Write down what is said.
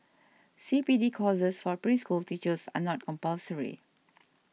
C P D courses for preschool teachers are not compulsory